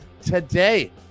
today